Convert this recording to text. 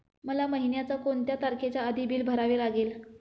मला महिन्याचा कोणत्या तारखेच्या आधी बिल भरावे लागेल?